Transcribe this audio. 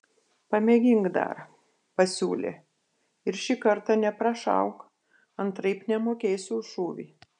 pamėgink dar pasiūlė ir šį kartą neprašauk antraip nemokėsiu už šūvį